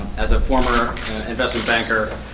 as former investment banker,